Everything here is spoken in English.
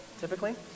typically